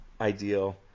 ideal